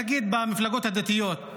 נגיד במפלגות הדתיות,